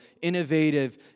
innovative